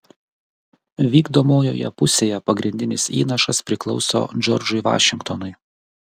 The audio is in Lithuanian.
vykdomojoje pusėje pagrindinis įnašas priklauso džordžui vašingtonui